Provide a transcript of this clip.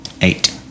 Eight